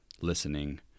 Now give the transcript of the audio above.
listening